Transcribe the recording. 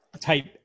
type